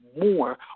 More